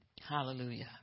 Hallelujah